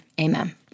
Amen